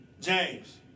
James